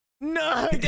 No